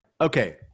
okay